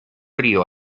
río